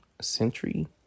century